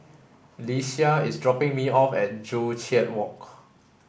is dropping me off at Joo Chiat Walk